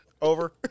Over